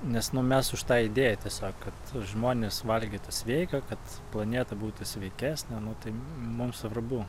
nes nu mes už tą idėją tiesiog kad žmonės valgytų sveika kad planeta būtų sveikesnė nuo tai mum svarbu